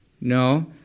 No